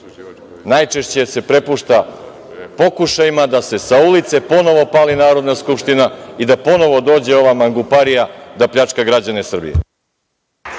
najčešće se prepušta pokušajima da se sa ulice ponovo pali Narodna skupština i da ponovo dođe ova manguparija da pljačka građane Srbije.